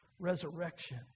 resurrection